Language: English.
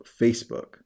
Facebook